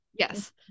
Yes